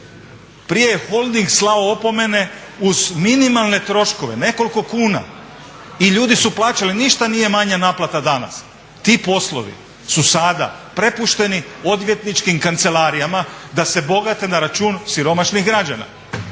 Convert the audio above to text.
prije je Holding slao opomene uz minimalne troškove nekoliko kuna i ljudi su plaćali ništa nije manja naplata danas. Ti poslovi su sada prepušteni odvjetničkim kancelarijama da se bogate na račun siromašnih građana.